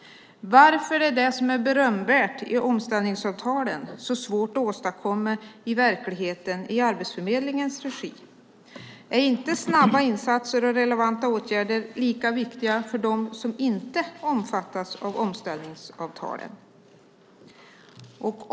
Varför är det som är berömvärt i omställningsavtalen så svårt att åstadkomma i verkligheten i Arbetsförmedlingens regi? Är inte snabba insatser och relevanta åtgärder lika viktiga för dem som inte omfattas av omställningsavtalen?